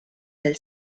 del